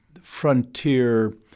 frontier